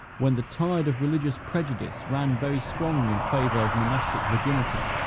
when the tide of religious prejudice ran very strong in favor of monastic virginity,